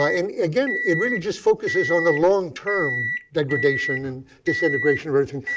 ah and again, it really just focuses on the long-term degradation and disintegration of everything,